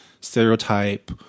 stereotype